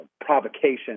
provocation